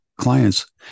clients